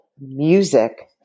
music